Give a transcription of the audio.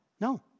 No